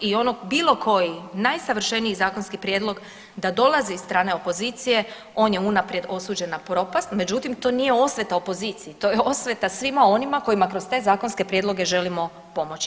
I ono bilo koji najsavršeniji zakonski prijedlog da dolazi iz strane opozicije on je unaprijed osuđen na propast, međutim to nije osveta opoziciji, to je osveta svima onima koji kroz te zakonske prijedloge želimo pomoći.